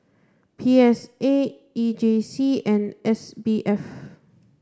P S A E J C and S B F